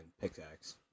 pickaxe